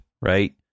right